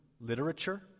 literature